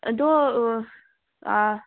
ꯑꯗꯣ ꯑꯥ